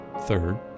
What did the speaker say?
third